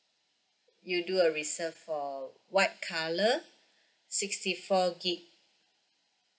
you do a reserve for white colour sixty four gig